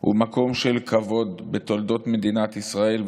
ובמקום של כבוד בתולדות מדינת ישראל,